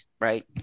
right